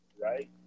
Right